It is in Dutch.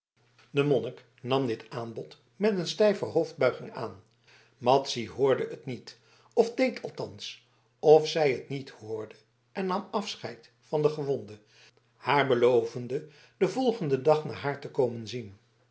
de monnik nam dit aanbod met een stijve hoofdbuiging aan madzy hoorde het niet of deed althans of zij het niet hoorde en nam afscheid van de gewonde haar belovende den volgenden dag naar haar te komen zien